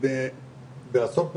בעזרות מונים,